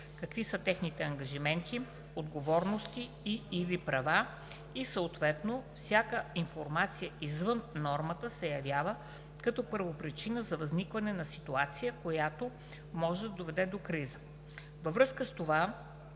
какви са техните ангажименти, отговорности и/или права и съответно всяка информация извън нормата се явява като първопричина за възникване на ситуация, която може да доведе до криза. Във връзка с това